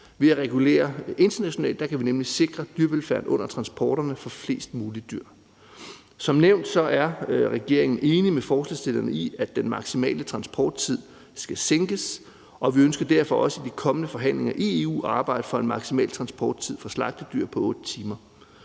Ved at regulere internationalt kan vi nemlig sikre dyrevelfærden under transporterne for flest mulige dyr. Som nævnt er regeringen enig med forslagsstillerne i, at den maksimale transporttid skal sænkes, og vi ønsker derfor også i de kommende forhandlinger i EU at arbejde for en maksimal transporttid for slagtedyr på 8 timer.